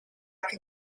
can